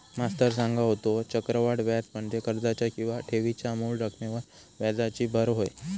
मास्तर सांगा होतो, चक्रवाढ व्याज म्हणजे कर्जाच्या किंवा ठेवीच्या मूळ रकमेवर व्याजाची भर होय